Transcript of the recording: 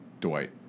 Dwight